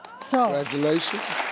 so congratulations